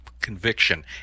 conviction